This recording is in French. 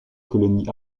colonie